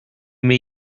may